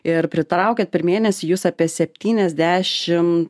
ir pritraukiat per mėnesį jus apie septyniasdešim